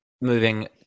Moving